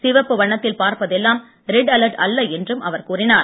சிவப்பு வண்ணத்தில் பார்ப்பதெல்லாம் ரெட் அலர்ட் அல்ல என்றும் அவர் கூறினார்